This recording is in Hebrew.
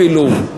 אפילו,